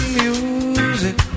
music